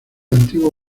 antiguo